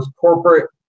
corporate